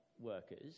workers